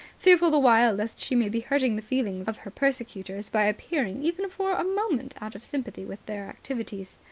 fearful the while lest she may be hurting the feelings of her persecutors by appearing even for a moment out of sympathy with their activities.